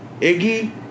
Iggy